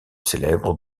célèbres